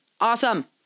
Awesome